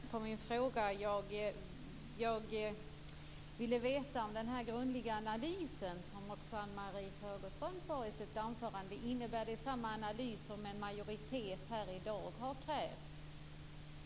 Fru talman! Jag fick inget svar på min fråga. Vad jag vill veta är alltså om den grundliga analys, som också Ann-Marie Fagerström nämnde i sitt anförande, innebär samma analys som den som en majoritet här i dag har krävt?